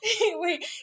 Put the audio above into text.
Wait